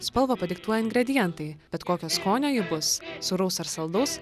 spalvą padiktuoja ingredientai bet kokio skonio ji bus sūraus ar saldaus